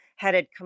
headed